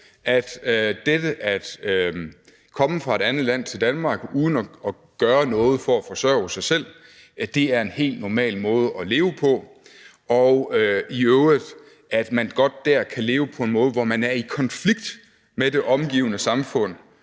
at komme fra et andet land til Danmark uden at gøre noget for at forsørge sig selv er en helt normal måde at leve på, og i øvrigt at man godt dér kan leve på en måde, hvor man er i konflikt med det omgivende samfund,